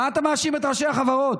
מה אתה מאשים את ראשי החברות?